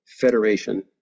federation